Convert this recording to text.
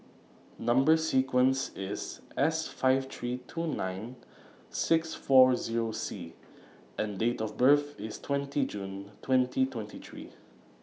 Number sequence IS S five three two nine six four Zero C and Date of birth IS twenty June twenty twenty three